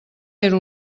era